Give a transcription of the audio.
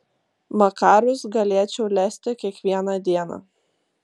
makarus galėčiau lesti kiekvieną dieną